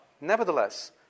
nevertheless